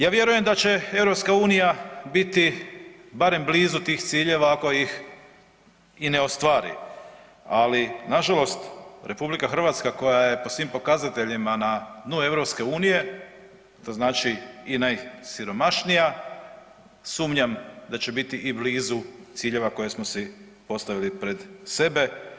Ja vjerujem da će EU biti barem blizu tih ciljeva ako ih i ne ostvari, ali nažalost RH koja je po svim pokazateljima na dnu EU, to znači i najsiromašnija sumnjam da će biti i blizu ciljeva koje smo si postavili pred sebe.